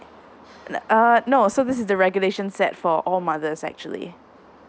uh that err no so this is the regulation set for all mothers actually